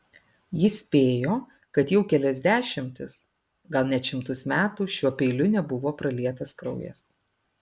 jis spėjo kad jau kelias dešimtis gal net šimtus metų šiuo peiliu nebuvo pralietas kraujas